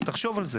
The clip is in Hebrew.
תחשוב על זה.